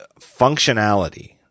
functionality